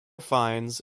finds